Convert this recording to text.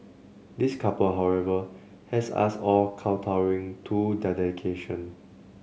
this couple however has us all kowtowing to their dedication